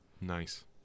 Nice